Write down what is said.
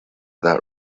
that